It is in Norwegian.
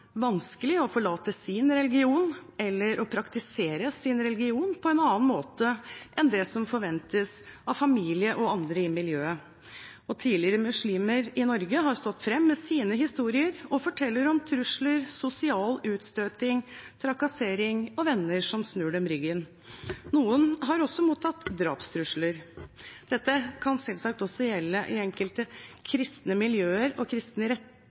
vanskelig å forlate sin religion eller å praktisere sin religion på en annen måte enn det som forventes av familie og andre i miljøet. Tidligere muslimer i Norge har stått fram med sine historier og forteller om trusler, sosial utstøting, trakassering og venner som vender dem ryggen. Noen har også mottatt drapstrusler. Dette kan selvsagt også gjelde i enkelte kristne miljøer og